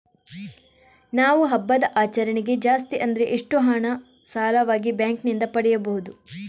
ನಾವು ಹಬ್ಬದ ಆಚರಣೆಗೆ ಜಾಸ್ತಿ ಅಂದ್ರೆ ಎಷ್ಟು ಹಣ ಸಾಲವಾಗಿ ಬ್ಯಾಂಕ್ ನಿಂದ ಪಡೆಯಬಹುದು?